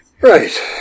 right